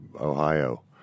Ohio